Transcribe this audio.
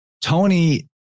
Tony